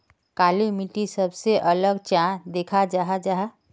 काली मिट्टी सबसे अलग चाँ दिखा जाहा जाहा?